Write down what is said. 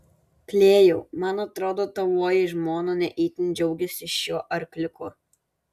klėjau man atrodo tavoji žmona ne itin džiaugiasi šiuo arkliuku